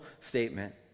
statement